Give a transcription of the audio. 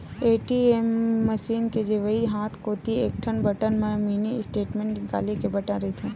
ATM machine के जेवनी हाथ कोती एकठन बटन म मिनी स्टेटमेंट निकाले के बटन रहिथे